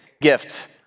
gift